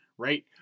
Right